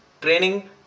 training